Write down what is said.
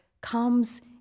comes